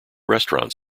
restaurants